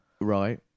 Right